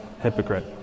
Hypocrite